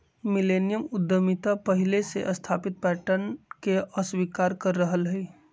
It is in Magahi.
मिलेनियम उद्यमिता पहिले से स्थापित पैटर्न के अस्वीकार कर रहल हइ